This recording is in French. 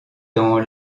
dans